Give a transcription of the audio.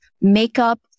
makeup